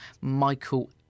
Michael